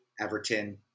Everton